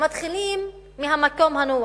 מתחילים מהמקום הנוח.